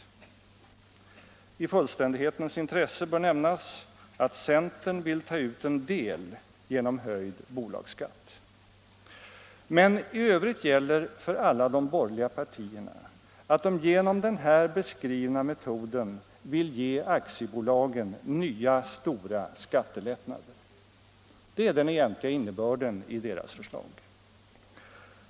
I fullständighetens intresse bör nämnas att centern vill ta ut en del genom höjd bolagsskatt. Men i övrigt gäller för alla de borgerliga partierna att de genom den beskrivna metoden vill ge aktiebolagen nya stora skattelättnader. Det är den egentliga innebörden i deras förslag.